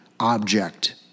object